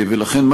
ולכן,